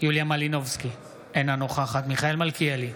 יוליה מלינובסקי, אינה נוכחת מיכאל מלכיאלי,